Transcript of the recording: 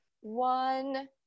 one